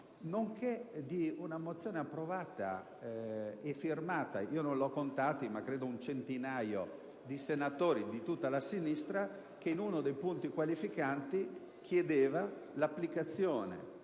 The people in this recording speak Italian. nonché una mozione approvata e firmata ‑ non li ho contati, ma credo siano un centinaio - da senatori di tutta la sinistra la quale, in uno dei punti qualificanti, chiedeva l'applicazione